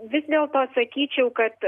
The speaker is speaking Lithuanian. vis dėlto sakyčiau kad